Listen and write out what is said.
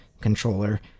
controller